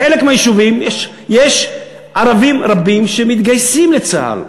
בחלק מהיישובים יש ערבים רבים שמתגייסים לצה"ל.